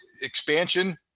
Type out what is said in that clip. Expansion